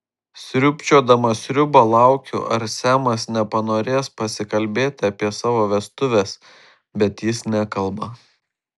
sriubčiodama sriubą laukiu ar semas nepanorės pasikalbėti apie savo vestuves bet jis nekalba